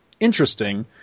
interesting